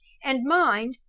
and mind,